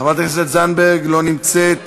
חברת הכנסת זנדברג, לא נמצאת,